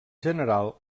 general